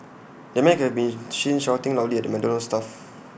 the man could be seen shouting loudly at the McDonald's staff